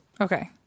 Okay